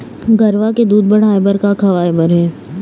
गरवा के दूध बढ़ाये बर का खवाए बर हे?